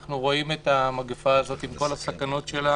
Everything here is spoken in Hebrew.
אנחנו רואים את המגפה הזאת עם כל הסכנות שלה